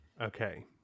okay